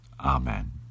Amen